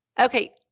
Okay